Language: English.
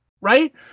Right